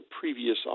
previous